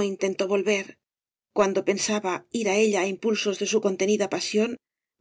intentó volver cuando pensaba ir á ella á impulsos de su contenida pasión